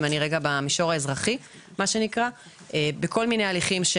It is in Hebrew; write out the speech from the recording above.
אם אני רגע במישור האזרחי בכל מיני הליכים,